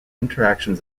interactions